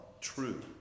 true